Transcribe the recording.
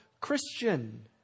Christian